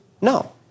No